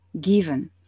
given